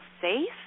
safe